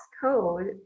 code